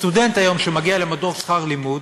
סטודנט שמגיע היום למדור שכר לימוד,